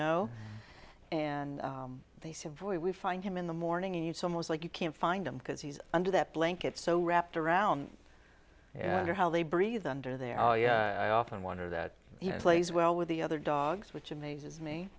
know and they said we will find him in the morning and so most like you can't find him because he's under that blanket so wrapped around and how they breathe under there oh yeah i often wonder that plays well with the other dogs which amazes me